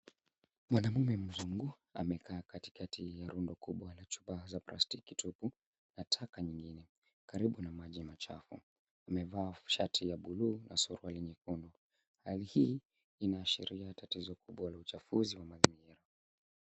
Mwanaume mzungu amekaa kati kati ya rundo kubwa la plastiki tupu na taka nyingine karibu na maji machafu, amevaa shati la buluu na suruali nyekundu, hali hii inaashiria tatizo kuu ya uchafuzi wa mazingira.